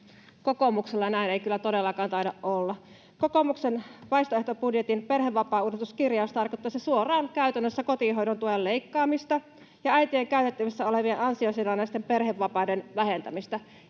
Kokoomuksella näin ei kyllä todellakaan taida olla. Kokoomuksen vaihtoehtobudjetin perhevapaauudistuskirjaus tarkoittaisi käytännössä suoraan kotihoidon tuen leikkaamista ja äitien käytettävissä olevien ansiosidonnaisten perhevapaiden vähentämistä